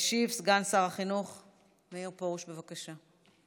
ישיב סגן שר החינוך מאיר פרוש, בבקשה.